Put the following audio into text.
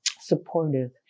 supportive